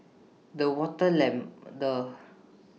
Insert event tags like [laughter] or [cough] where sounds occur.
the [unintelligible] the